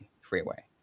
freeway